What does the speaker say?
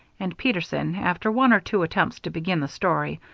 and peterson, after one or two attempts to begin the story,